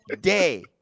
day